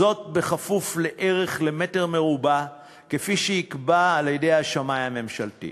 כפוף לערך למ"ר שייקבע על-ידי השמאי הממשלתי.